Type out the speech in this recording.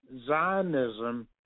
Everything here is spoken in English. Zionism